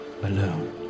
alone